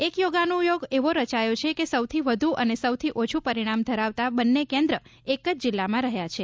એક યોગાનુયોગ એવો રચાયો છે કે સૌથી વધુ અને સૌથી ઓછું પરિણામ ધરાવતા બંને કેન્દ્ર એક જ જિલ્લામાં રહ્યાં છે